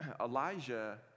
Elijah